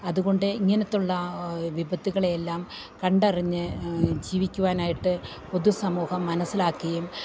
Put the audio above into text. അതുകൊണ്ട് ഇങ്ങനത്തുള്ള വിപത്തുകളെല്ലാം കണ്ടറിഞ്ഞ് ജീവിക്കുവാനായിട്ട് പൊതു സമൂഹം മനസ്സിലാക്കുകയും